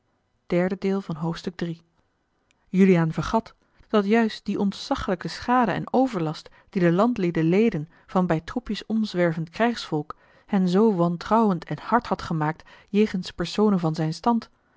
juliaan vergat dat juist die ontzaglijke schade en overlast die de landlieden leden van bij troepjes omzwervend krijgsvolk hen zoo wantrouwend en hard had gemaakt jegens personen van zijn stand